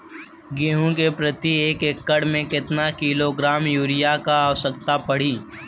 गेहूँ के प्रति एक एकड़ में कितना किलोग्राम युरिया क आवश्यकता पड़ी?